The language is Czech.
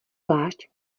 plášť